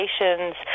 relations